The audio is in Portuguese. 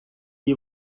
que